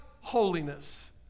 holiness